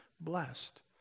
blessed